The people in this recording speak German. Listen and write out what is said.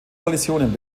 kollisionen